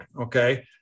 okay